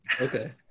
okay